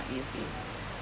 easy